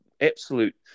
absolute